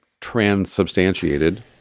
transubstantiated